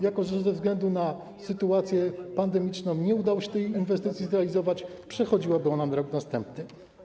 Jako że ze względu na sytuację pandemiczną nie udało się tej inwestycji zrealizować, przechodziłaby ona na rok następny.